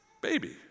baby